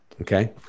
Okay